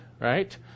right